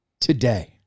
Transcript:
today